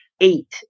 eight